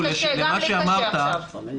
וקשה, גם לי קשה עכשיו.